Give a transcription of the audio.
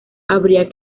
habría